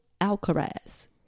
Alcaraz